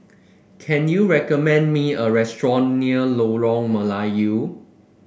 can you recommend me a restaurant near Lorong Melayu